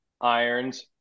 irons